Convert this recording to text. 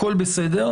הכול בסדר.